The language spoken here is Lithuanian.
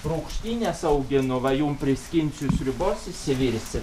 rūgštynes auginu va jum priskinsiu sriubos išsivirsit